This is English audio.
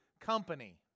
company